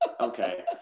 Okay